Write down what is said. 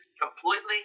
completely